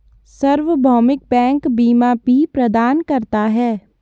सार्वभौमिक बैंक बीमा भी प्रदान करता है